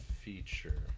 feature